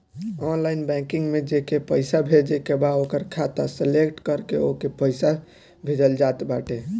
online banking में जेके पईसा भेजे के बा ओकर खाता सलेक्ट करके ओके पईसा भेजल जात बाटे